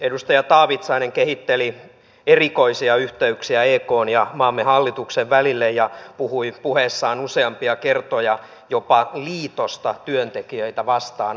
edustaja taavitsainen kehitteli erikoisia yhteyksiä ekn ja maamme hallituksen välille ja puhui puheessaan useampia kertoja jopa liitosta työntekijöitä vastaan